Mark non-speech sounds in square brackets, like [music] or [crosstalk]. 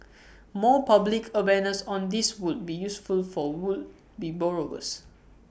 [noise] more public awareness on this would be useful for would be borrowers